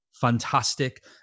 Fantastic